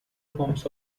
forms